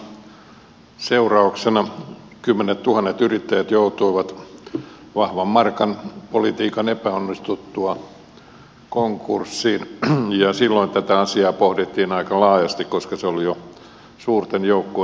edellisen laman seurauksena kymmenettuhannet yrittäjät joutuivat vahvan markan politiikan epäonnistuttua konkurssiin ja silloin tätä asiaa pohdittiin aika laajasti koska se oli jo suurten joukkojen ongelma